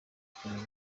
kureba